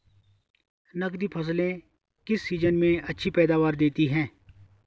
नकदी फसलें किस सीजन में अच्छी पैदावार देतीं हैं?